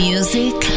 Music